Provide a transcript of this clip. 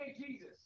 Jesus